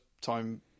time